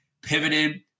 pivoted